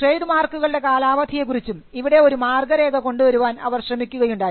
trade മാർക്കുകളുടെ കാലാവധിയെകുറിച്ചും ഇവിടെ ഒരു മാർഗ്ഗരേഖ കൊണ്ടുവരാൻ അവർ ശ്രമിക്കുകയുണ്ടായി